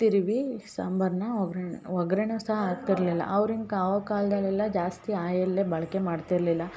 ತಿರುವಿ ಸಾಂಬಾರನ್ನ ಒಗ್ಗರ್ಣೆ ಒಗ್ಗರಣೆ ಸಹ ಹಾಕ್ತಿರಲಿಲ್ಲ ಅವ್ರಿನ ಅವಾಗ ಕಾಲದಲ್ಲೆಲ್ಲ ಜಾಸ್ತಿ ಆಯಿಲ್ಲೇ ಬಳಕೆ ಮಾಡ್ತಿರಲಿಲ್ಲ